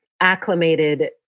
acclimated